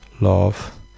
love